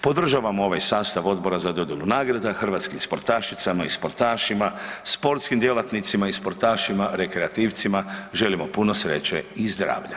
Podržavamo ovaj sastav odbora za dodjelu nagrada, hrvatskim sportašicama i sportašima, sportskim djelatnicima i sportašima rekreativcima, želimo puno sreće i zdravlja.